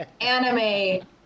anime